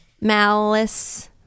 malice